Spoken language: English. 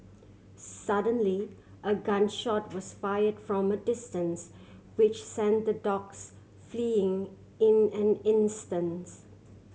suddenly a gun shot was fire from a distance which sent the dogs fleeing in an instants